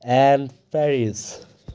and Paris